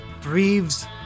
breathes